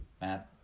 Matt